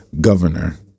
governor